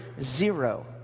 Zero